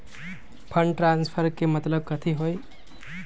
Fund transfer के मतलब कथी होई?